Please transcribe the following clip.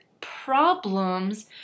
problems